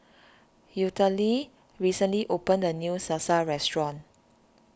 Eulalie recently opened a new Salsa restaurant